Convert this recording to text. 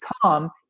calm